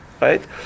Right